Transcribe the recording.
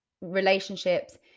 relationships